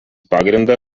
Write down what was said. pagrindą